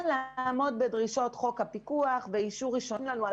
יש לחשוב גם על